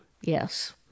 Yes